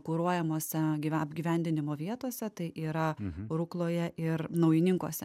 kuruojamose gyven apgyvendinimo vietose tai yra rukloje ir naujininkuose